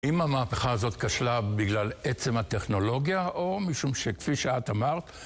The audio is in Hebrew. אם המהפכה הזאת כשלה בגלל עצם הטכנולוגיה או משום שכפי שאת אמרת